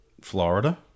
Florida